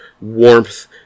warmth